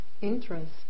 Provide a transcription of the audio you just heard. interest